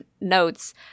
notes